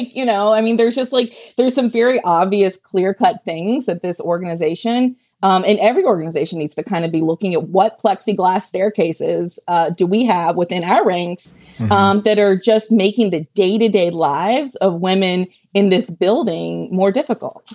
you know, i mean, there's just like there's some very obvious, clear cut things that this organization um and every organization needs to kind of be looking at. what plexiglass staircases ah do we have within our ranks um that are just making the day to day lives of women in this building more difficult?